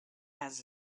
has